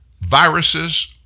Viruses